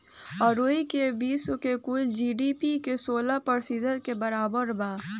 अउरी ई विश्व के कुल जी.डी.पी के सोलह प्रतिशत के बराबर बा